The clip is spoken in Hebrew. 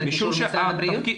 צריך אישור משרד הבריאות?